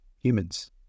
humans